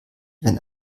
wenn